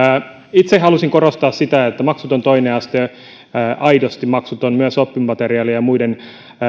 itse halusin korostaa sitä että maksuton toinen aste on aidosti maksuton myös oppimateriaalien ja muiden